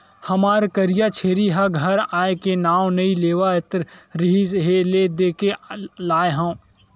हमर करिया छेरी ह घर आए के नांव नइ लेवत रिहिस हे ले देके लाय हँव